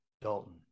Dalton